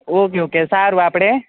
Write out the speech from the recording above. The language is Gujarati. ઓકે ઓકે સારું આપણે